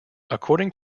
according